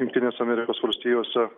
jungtinės amerikos valstijose